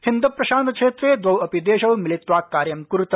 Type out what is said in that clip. हिन्द प्रशान्त क्षेत्रे द्वौ अपि देशौ मिलित्वा कार्य ं कुरुतः